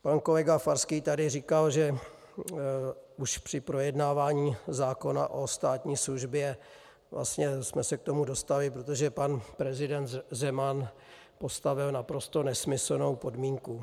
Pan kolega Farský tady říkal, že už při projednávání zákona o státní službě jsme se k tomu dostali, protože pan prezident Zeman postavil naprosto nesmyslnou podmínku.